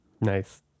Nice